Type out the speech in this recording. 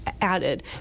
Added